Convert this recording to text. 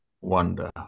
wonder